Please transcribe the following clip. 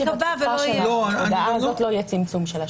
עלייה כי זו התקופה שרוב האנשים ירצו לשנות את